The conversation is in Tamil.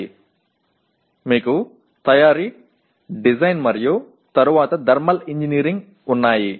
உங்களிடம் உற்பத்தி வடிவமைப்பு மற்றும் வெப்ப பொறியியல் உள்ளது